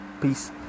peace